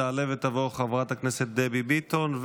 תעלה ותבוא חברת הכנסת דבי ביטון,